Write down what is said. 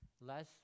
Less